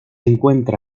encuentra